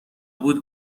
بود